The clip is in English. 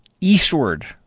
eastward